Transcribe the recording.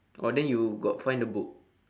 oh then you got find the book